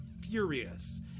furious